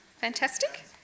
Fantastic